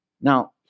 Now